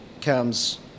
comes